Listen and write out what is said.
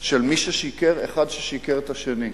של מי ששיקר, אחד ששיקר לשני.